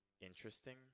interesting